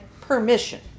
permission